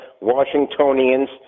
Washingtonians